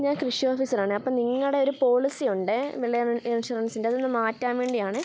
ഞാൻ കൃഷി ഓഫീസറാണെ അപ്പോൾ നിങ്ങളുടെ ഒരു പോളിസിയുണ്ടെ വിള ഇൻഷുറൻസിൻ്റെ അതൊന്നു മറ്റാൻ വേണ്ടിയാണെ